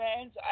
fans